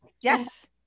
Yes